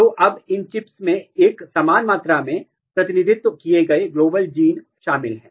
तो अब इन चिप्स में एक समान मात्रा में प्रतिनिधित्व किए गए ग्लोबल जीन शामिल हैं